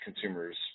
consumers